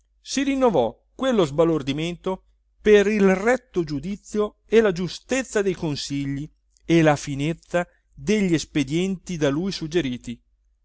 si rinnovò quello sbalordimento per il retto giudizio e la giustezza dei consigli e la finezza degli espedienti da lui suggeriti